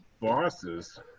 bosses